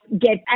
get